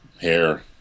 hair